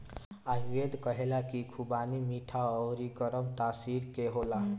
आयुर्वेद कहेला की खुबानी मीठा अउरी गरम तासीर के होला